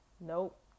Nope